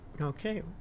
Okay